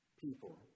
people